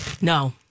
No